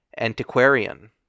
antiquarian